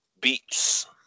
beats